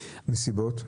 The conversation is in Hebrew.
מסיבות?